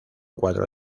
cuatro